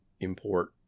import